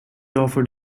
offered